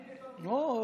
לא,